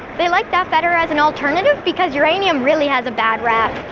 they liked that better as an alternative because uranium really has a bad rap.